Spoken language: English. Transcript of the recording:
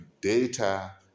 data